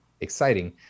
exciting